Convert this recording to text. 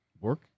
work